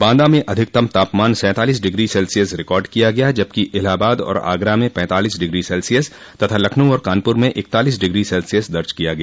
बांदा में अधिकतम तापमान सैंतालीस डिग्री सेल्सियस रिकार्ड किया गया जबकि इलाहाबाद और आगरा में पैंतालीस डिग्री सेल्सियस तथा लखनऊ और कानपुर में इकतालीस डिग्री सेल्सियस दर्ज किया गया